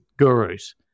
gurus